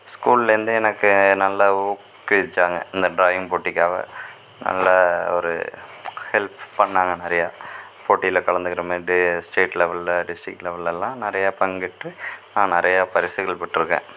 ஸ்கூலேருந்தே எனக்கு நல்லா ஊக்குவிச்சாங்க இந்த டிராயிங் போட்டிக்காக நல்ல ஒரு ஹெல்ப் ஃப் பண்ணாங்க நிறையா போட்டியில் கலந்துக்கிற மாரி டே ஸ்டேட் லெவலில் டிஸ்டிக் லெவல்லலாம் நிறையா பங்கேற்று நான் நிறையா பரிசுகள் பெற்றுக்கேன்